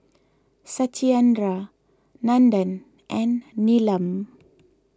Satyendra Nandan and Neelam